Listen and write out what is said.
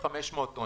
על